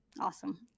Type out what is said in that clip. awesome